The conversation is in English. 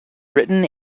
written